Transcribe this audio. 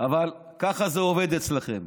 אבל ככה זה עובד אצלכם.